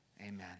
Amen